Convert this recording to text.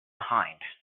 behind